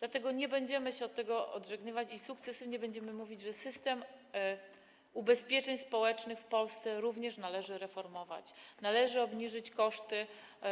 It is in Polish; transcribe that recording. Dlatego nie będziemy się od tego odżegnywać i sukcesywnie będziemy mówić, że system ubezpieczeń społecznych w Polsce również należy reformować, należy obniżyć koszty